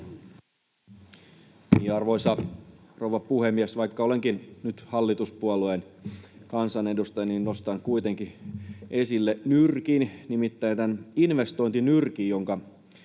Arvoisa rouva puhemies! Vaikka olenkin nyt hallituspuolueen kansanedustaja, niin nostan kuitenkin esille nyrkin, nimittäin tämän investointinyrkin, jonka